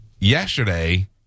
yesterday